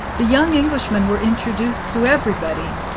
the young englishmen were introduced to everybody,